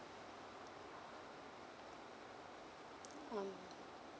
um